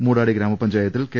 മൂടാടി ഗ്രാമപഞ്ചായത്തിൽ കെ